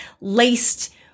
laced